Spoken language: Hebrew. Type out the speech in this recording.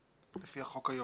לפי החוק היום.